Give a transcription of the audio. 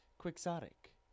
Quixotic